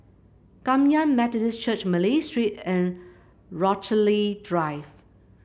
Kum Yan Methodist Church Malay Street and Rochalie Drive